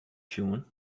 sjoen